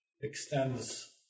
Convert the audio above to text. extends